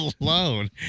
alone